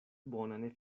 bonan